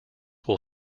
will